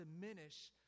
diminish